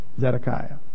Zedekiah